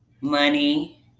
money